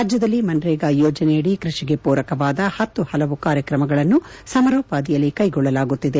ರಾಜ್ಯದಲ್ಲಿ ಮಸ್ರೇಗಾ ಯೋಜನೆಯಡಿ ಕ್ಕಷಿಗೆ ಪೂರಕವಾದ ಪತ್ತು ಹಲವು ಕಾರ್ಯಕ್ರಮಗಳನ್ನು ಸಮರೋಪಾದಿಯಲ್ಲಿ ಕ್ಲೆಗೊಳ್ಳಲಾಗುತ್ತಿದೆ